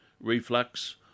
reflux